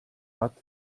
hat